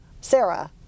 Sarah